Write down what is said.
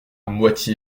moitié